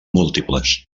múltiples